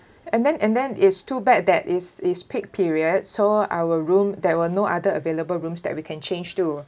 and then and then is too bad that is is peak period so our room there were no other available room that we can change to